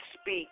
speak